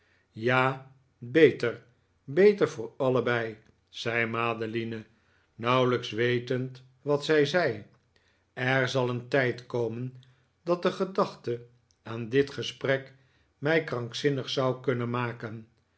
ja beter beter voor allebei zei madeline nauwelijks wetend wat zij zei er zal een tijd komen dat de gedachte aan dit gesprek mij krankzinnig zou kunnen maken